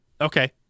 Okay